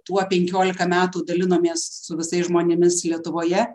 tuo penkiolika metų dalinomės su visais žmonėmis lietuvoje